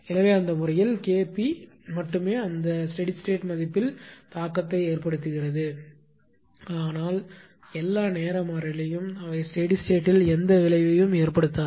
எனவே அந்த முறையில் K p மட்டுமே அந்த ஸ்டெடி ஸ்டேட் மதிப்பில் தாக்கத்தை ஏற்படுத்துகிறது ஆனால் எல்லா நேர மாறிலியும் அவை ஸ்டெடி ஸ்டேட்யில் எந்த விளைவையும் ஏற்படுத்தாது